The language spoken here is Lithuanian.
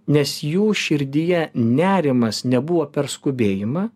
nes jų širdyje nerimas nebuvo per skubėjimą